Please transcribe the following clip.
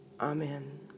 Amen